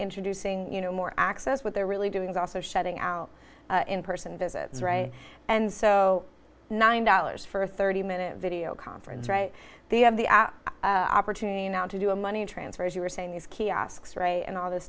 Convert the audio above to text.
introducing you know more access what they're really doing is also shouting out in person visits right and so nine dollars for a thirty minute video conference right they have the opportunity now to do a money transfer as you are saying these kiosks ray and all this